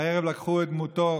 הערב לקחו את דמותו